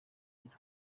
biro